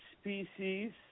species